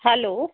hello